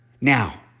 Now